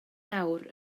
nawr